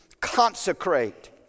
consecrate